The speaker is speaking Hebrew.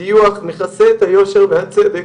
טיוח מכסה את היושר והצדק,